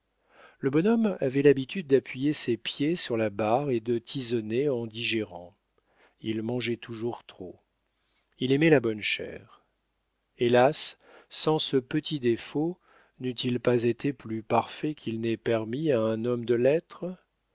le bonhomme avait l'habitude d'appuyer ses pieds sur la barre et de tisonner en digérant il mangeait toujours trop il aimait la bonne chère hélas sans ce petit défaut n'eût-il pas été plus parfait qu'il n'est permis à un homme de l'être